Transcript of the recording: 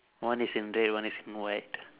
one is in red one is in white